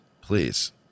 please